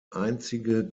einzige